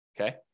Okay